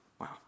Wow